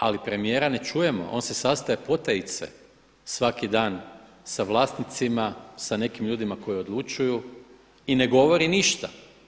Ali premijera ne čujemo, on se sastaje potajice svaki dan sa vlasnicima, sa nekim ljudima koji odlučuju i ne govori ništa.